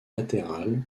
latéral